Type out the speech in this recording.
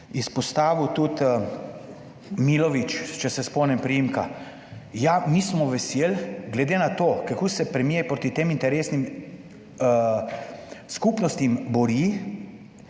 izpostavil tudi Milović, če se spomnim priimka. Ja, mi smo veseli, glede na to, kako se premier proti tem interesnim skupnostim bori,